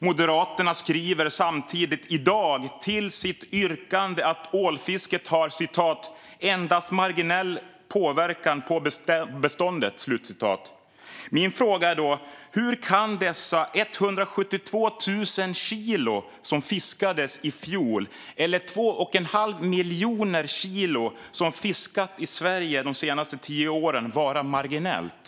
Moderaterna skriver samtidigt i dag till sitt yrkande att ålfisket endast har "marginell påverkan på beståndet". Min fråga är då: Hur kan dessa 172 000 kilo som fiskades i fjol eller de 2 1⁄2 miljoner kilo som har fiskats i Sverige de senaste tio åren vara marginella?